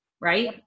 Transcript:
right